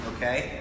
Okay